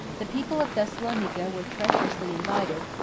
the people of thessalonica were treacherously invited,